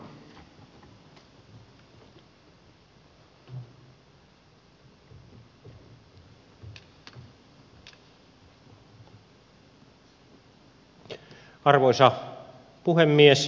arvoisa puhemies